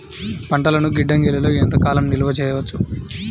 పంటలను గిడ్డంగిలలో ఎంత కాలం నిలవ చెయ్యవచ్చు?